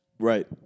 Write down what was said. Right